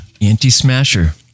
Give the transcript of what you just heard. anti-smasher